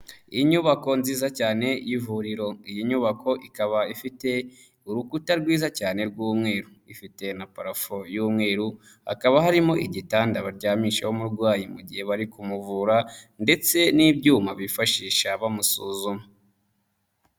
Inyubako nziza cyane y'ivuriro. Iyi nyubako, ikaba ifite urukuta rwiza cyane rw'umweru. Ifite na parafo y'umweru, hakaba harimo igitanda baryamishaho umurwayi mu gihe bari kumuvura ndetse n'ibyuma bifashisha bamusuzuma.